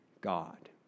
God